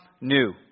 new